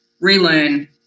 relearn